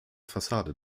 fassade